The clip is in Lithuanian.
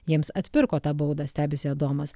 jiems atpirko tą baudą stebisi adomas